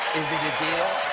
is it a deal?